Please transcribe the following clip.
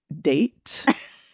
date